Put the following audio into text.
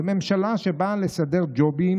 זו ממשלה שבאה לסדר ג'ובים.